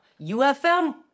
ufm